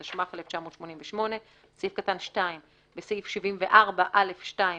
התשמ"ח 1988"; (2)בסעיף 74(א)(2),